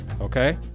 okay